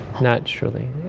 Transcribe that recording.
naturally